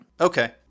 Okay